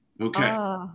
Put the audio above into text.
okay